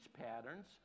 patterns